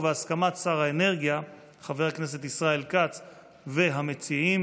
ובהסכמת שר האנרגיה חבר הכנסת ישראל כץ והמציעים